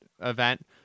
event